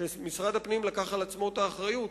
שמשרד הפנים קיבל על עצמו את האחריות